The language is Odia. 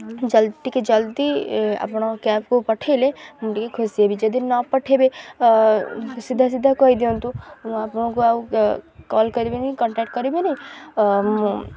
ଟିକେ ଜଲ୍ଦି ଆପଣଙ୍କ କ୍ୟାବ୍କୁ ପଠାଇଲେ ମୁଁ ଟିକେ ଖୁସି ହେବି ଯଦି ନ ପଠାଇବେ ସିଧା ସିଧା କହିଦିଅନ୍ତୁ ମୁଁ ଆପଣଙ୍କୁ ଆଉ କଲ୍ କରିବିନି କଣ୍ଟାକ୍ଟ୍ କରିବେନି ମୁଁ